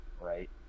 right